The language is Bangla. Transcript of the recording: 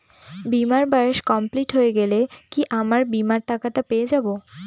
বীমার বয়স কমপ্লিট হয়ে গেলে কি আমার বীমার টাকা টা পেয়ে যাবো?